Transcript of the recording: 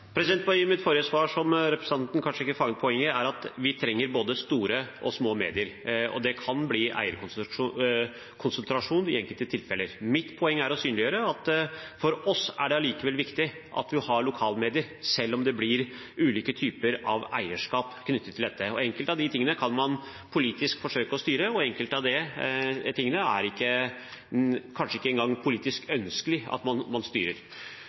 I mitt forrige svar, som representanten kanskje ikke fanget poenget i, sa jeg at vi trenger både store og små medier. Det kan bli eierkonsentrasjon i enkelte tilfeller. Mitt poeng er å synliggjøre at for oss er det allikevel viktig at vi har lokalmedier, selv om det blir ulike typer av eierskap knyttet til dette. Enkelte av de tingene kan man politisk forsøke å styre, og enkelte av de tingene er det kanskje ikke engang politisk ønskelig at man styrer.